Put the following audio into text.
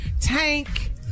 Tank